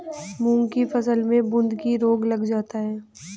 मूंग की फसल में बूंदकी रोग लग जाता है